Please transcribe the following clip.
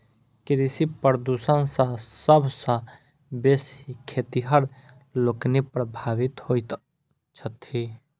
कृषि प्रदूषण सॅ सभ सॅ बेसी खेतिहर लोकनि प्रभावित होइत छथि